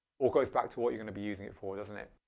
all goes back to what you're going to be using it for, doesn't it?